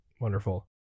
Wonderful